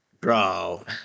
Bro